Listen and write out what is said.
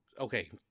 Okay